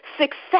Success